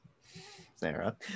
Sarah